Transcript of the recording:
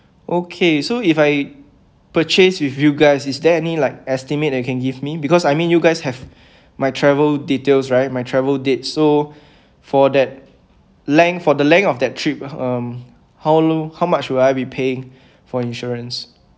okay so if I purchase with you guys is there any like estimate that can give me because I mean you guys have my travel details right my travel date so for that length for the length of that trip um how long how much will I be paying for insurance